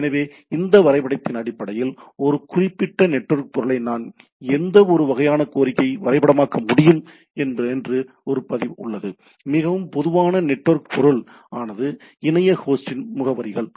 எனவே அந்த வரைபடத்தின் அடிப்படையில் ஒரு குறிப்பிட்ட நெட்வொர்க் பொருளை நான் எந்த வகையான கோரிக்கையை வரைபடமாக்க முடியும் என்று ஒரு பதிவு உள்ளது மிகவும் பொதுவான நெட்வொர்க் பொருள் ஆனது இணைய ஹோஸ்டின் முகவரிகள்